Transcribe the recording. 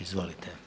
Izvolite.